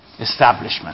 establishment